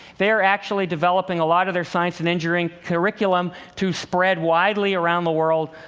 they're actually developing a lot of their science and engineering curriculum to spread widely around the world